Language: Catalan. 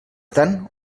tant